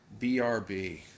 BRB